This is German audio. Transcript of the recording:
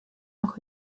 noch